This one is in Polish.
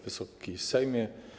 Wysoki Sejmie!